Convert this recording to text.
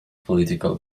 political